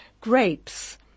grapes